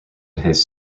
his